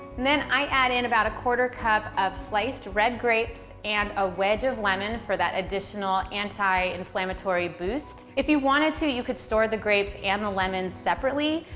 and then i add in about a quarter cup of sliced red grapes and a wedge of lemon for that additional anti-inflammatory boost. if you wanted to, you could store the grapes and the lemon separately,